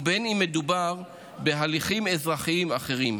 ובין שמדובר בהליכים אזרחיים אחרים,